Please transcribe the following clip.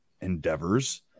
endeavors